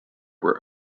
were